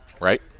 right